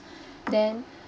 then